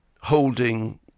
holding